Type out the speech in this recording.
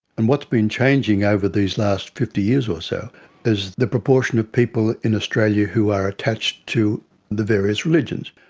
and what has been changing over these last fifty years or so is the proportion of people in australia who are attached to the various religions.